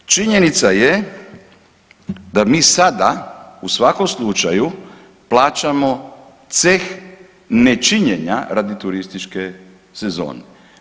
Činjenica je da mi sada u svakom slučaju plaćamo ceh nečinjenja radi turističke sezone.